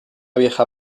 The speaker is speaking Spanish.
vieja